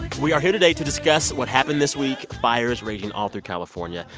we are here today to discuss what happened this week fires raging all through california,